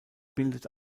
bildete